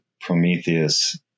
Prometheus